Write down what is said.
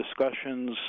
discussions